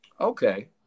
Okay